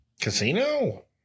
Casino